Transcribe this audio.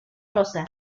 rosa